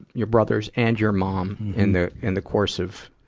your brothers and your mom in the, in the course of,